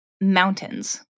mountains